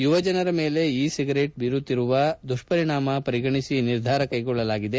ಯುವಜನರ ಮೇಲೆ e cigarette ಬೀರುತ್ತಿರುವ ದುಪ್ತರಿಣಾಮ ಪರಿಗಣಿಸಿ ಈ ನಿರ್ಧಾರ ಕೈಗೊಳ್ಳಲಾಗಿದೆ